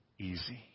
easy